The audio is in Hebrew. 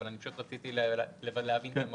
פשוט רציתי להבין את המהות.